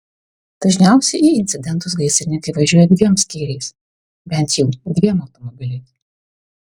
dažniausiai į incidentus gaisrininkai važiuoja dviem skyriais bent jau dviem automobiliais